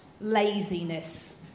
laziness